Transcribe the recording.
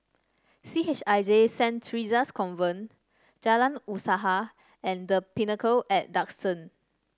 C H I J Saint Theresa's Convent Jalan Usaha and The Pinnacle at Duxton